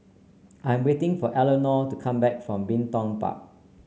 I'm waiting for Elenore to come back from Bin Tong Park